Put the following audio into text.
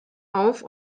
auf